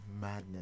Madness